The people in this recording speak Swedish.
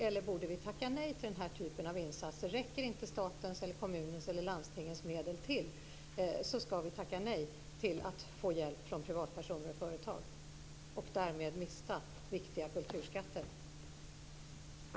Eller borde vi tacka nej till den här typen av insatser - räcker inte statens, kommunens eller landstingets medel till så ska vi tacka nej till att få hjälp av privatpersoner och företag och därmed mista viktiga kulturskatter?